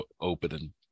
open